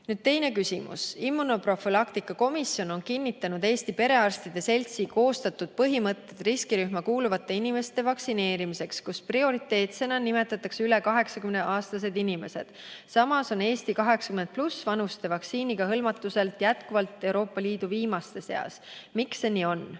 Teine küsimus: "Immunoprofülaktika komisjon on kinnitanud Eesti Perearstide Seltsi koostatud põhimõtted riskirühma kuuluvate inimeste vaktsineerimiseks, kus prioriteetsena nimetatakse üle 80-aastased inimesed. Samas on Eesti 80+ vanuste vaktsiiniga hõlmatuselt jätkuvalt EL-i viimaste seas. Miks see nii on?"